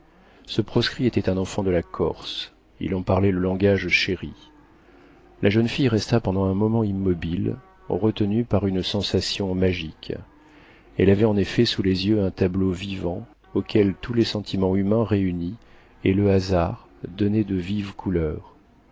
ce proscrit était un enfant de la corse il en parlait le langage chéri la jeune fille resta pendant un moment immobile retenue par une sensation magique elle avait en effet sous les yeux un tableau vivant auquel tous les sentiments humains réunis et le hasard donnaient de vives couleurs